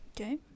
Okay